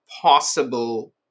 possible